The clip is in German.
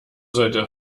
sollte